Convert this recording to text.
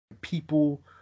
people